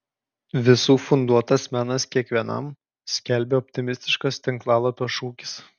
visų funduotas menas kiekvienam skelbia optimistiškas tinklalapio šūkis